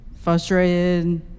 frustrated